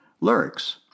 lyrics